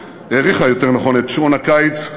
האריכה, יותר נכון, את שעון הקיץ.